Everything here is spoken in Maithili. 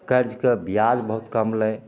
कर्जके बिआज बहुत कम लै